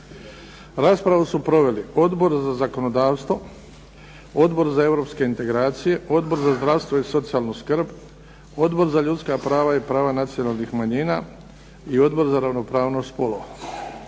Raspravu su proveli Odbor za zakonodavstvo, Odbor za europske integracije, Odbor za zdravstvo i socijalnu skrb, Odbor za ljudska prava i prava nacionalnih manjina i Odbor za ravnopravnost spolova.